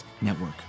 Network